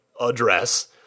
address